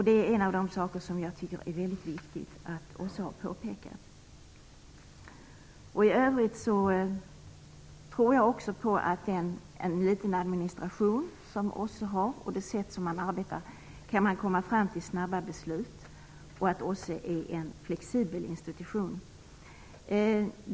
Det är en av de saker som jag tycker att det är väldigt viktigt att OSSE har påpekat. I övrigt tror jag också att en liten administration - som OSSE har - tillsammans med det sätt man arbetar på, gör att man kan komma fram till snabba beslut. Jag tror också att OSSE är en flexibel institution.